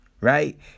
right